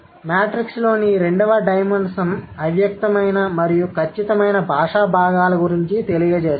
matrix లోని రెండవ dimension అవ్యక్తమైన మరియు ఖచ్చితమైన బాషా భాగాల గురించి తెలియజేస్తుంది